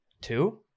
Two